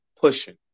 pushing